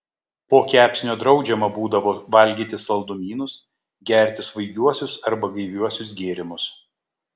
po kepsnio draudžiama būdavo valgyti saldumynus gerti svaigiuosius arba gaiviuosius gėrimus